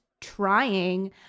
trying